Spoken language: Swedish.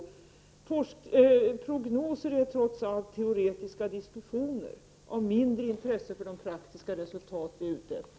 Prognoser är trots allt teoretiska diskussioner av mindre intresse för de praktiska resultat som vi är ute efter.